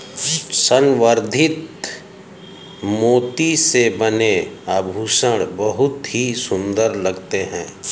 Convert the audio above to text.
संवर्धित मोती से बने आभूषण बहुत ही सुंदर लगते हैं